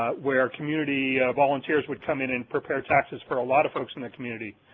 ah where community volunteers would come in and prepare taxes for a lot of folks in the community.